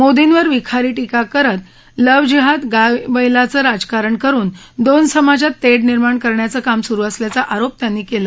मोदींवर विखारी टीका करत लव्ह जिहाद गाय बैलाचं राजकारण करून दोन समाजात तेढ निर्माण करण्याचे काम सुरु असल्याचा आरोप त्यांनी केला